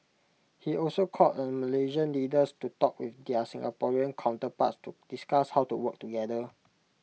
he also called on Malaysian leaders to talk with their Singaporean counterparts to discuss how to work together